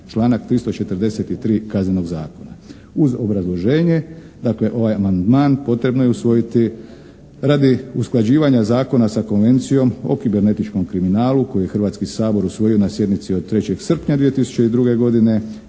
članak 343. Kaznenog zakona". Uz obrazloženje, dakle ovaj amandman potrebno je usvojiti radi usklađivanja zakona sa Konvencijom o kibernetičkom kriminalu koju je Hrvatski sabor usvojio na sjednici od 3. srpnja 2002. godine,